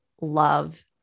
love